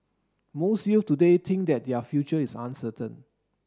most youth today think that their future is uncertain